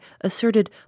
asserted